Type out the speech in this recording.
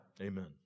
Amen